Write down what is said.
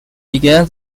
began